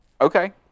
okay